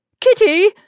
Kitty